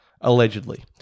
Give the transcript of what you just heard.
Allegedly